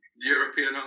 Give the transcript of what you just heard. European